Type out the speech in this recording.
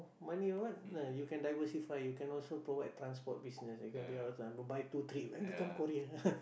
money or what ah you can diversify you can also provide transport business you can be able to then buy two three then become courier